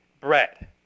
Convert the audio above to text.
bread